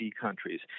countries